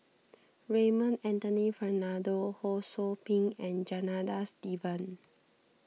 Raymond Anthony Fernando Ho Sou Ping and Janadas Devan